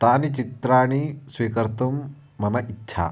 तानि चित्राणि स्वीकर्तुं मम इच्छा